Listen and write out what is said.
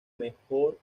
mejor